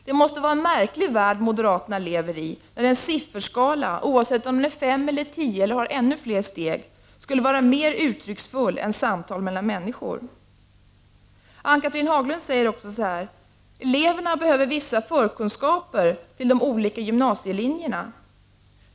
Det måste vara en märklig värld moderaterna lever i, när en sifferskala, oavsett om den har 5, 10 eller ännu fler steg, skulle vara mer uttrycksfull än samtal mellan människor. Ann-Cathrine Haglund säger också: Eleverna behöver vissa förkunskaper till de olika gymnasielinjerna.